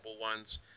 ones